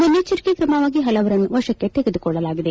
ಮುನ್ನೆಚ್ಲರಿಕೆ ತ್ರಮವಾಗಿ ಹಲವರನ್ನು ವಶಕ್ಷೆ ತೆಗೆದುಕೊಳ್ಳಲಾಗಿದೆ